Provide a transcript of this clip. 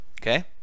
Okay